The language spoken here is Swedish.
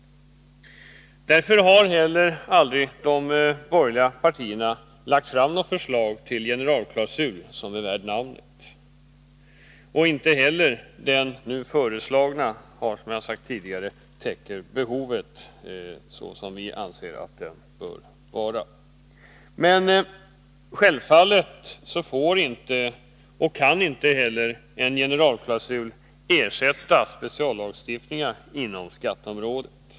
Därför har heller aldrig de borgerliga partierna lagt fram något förslag till generalklausul som är värt namnet. Inte heller den nu föreslagna generalklausulen täcker, som jag sagt tidigare, det behov som vi anser föreligger. Men självfallet får inte, och kan inte heller, en generalklausul ersätta speciallagstiftning inom skatteområdet.